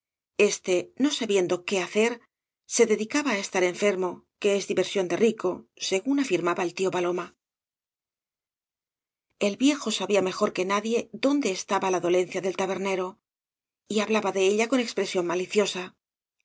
éste no sabiendo qué hacer se dedicaba á estar enfermo que es diversión de rico según afirmaba el tío paloma el viejo sabía mejor que nadie dónde estaba la dolencia del tabernero y hablaba de ella con expresión maliciosa